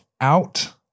out